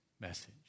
message